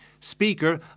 Speaker